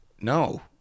no